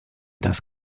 das